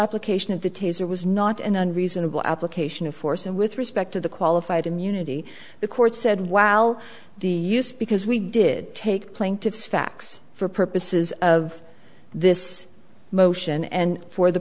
application of the taser was not an unreasonable application of force and with respect to the qualified immunity the court said while the because we did take plaintiffs facts for purposes of this motion and for the